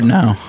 now